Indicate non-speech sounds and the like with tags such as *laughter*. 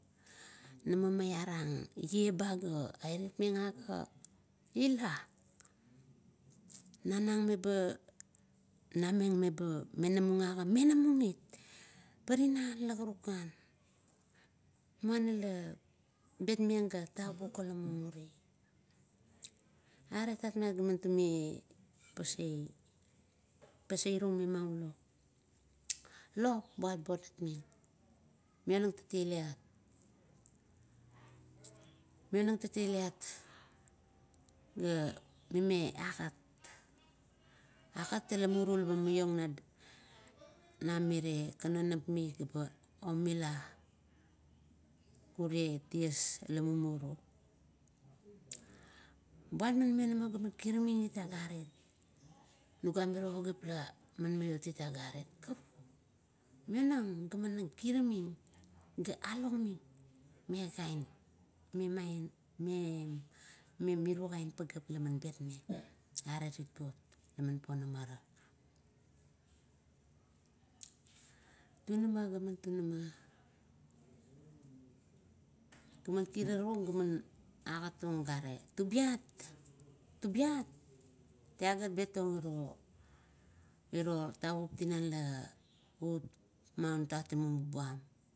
Namo maiarang eaba ga airit meng aga ila, namang nameng meba menamung aga menamung it. Pa tinan la karukan, muana a betmeng ga tauk ila mumuri. Aret tatmat ga tume pasaei, pasaei rung memau lop. Lop buat gat tegisming, mionangtatailit, mionangteteilit ga mime agat, agat ula muru meba, na mire kanonap mi gat ba omila ure ties ula mumuru. Buat mime mionama ga kiramingit agarit, nuga mire pageap ga maiot it agarit, karukan, munang ga man kirameng, ga alang ming me paun me maun *hesitation* me miro gaen pageap laman betmeng. Are titot laman ponamana, tunama ga man tunama, tumet kirarung agat tung, tubiat, tubiat talagat betong iro tavuk tinan un tatimap iat buam